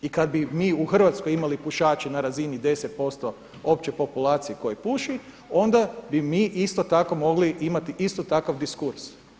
I kad bi mi u Hrvatskoj imali pušače na razini 10% opće populacije koja puši onda bi mi isto tako mogli imati isto takav diskurs.